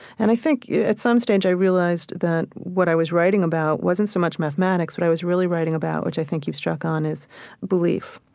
and i think at some stage, i realized that what i was writing about wasn't so much mathematics. what but i was really writing about, which i think you've struck on, is belief.